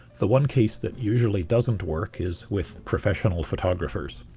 the one case that usually doesn't work is with professional photographers.